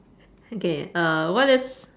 okay uh what is